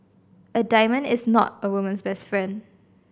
a diamond is not a woman's best friend